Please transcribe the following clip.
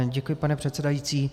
Děkuji, pane předsedající.